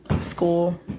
school